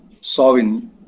solving